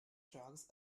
drugs